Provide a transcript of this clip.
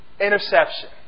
Interception